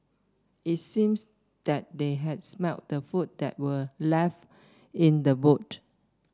it seems that they had smelt the food that were left in the boot